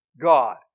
God